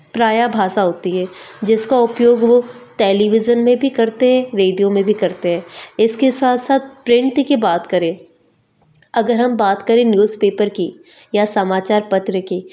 प्राय भाषा होती है जिसका उपयोग वो टेलीविज़न में भी करते हैं रेडियो में भी करते हैं इसके साथ साथ प्रिंट की बात करें अगर हम बात करें न्यूजपेपर की या समाचार पत्र की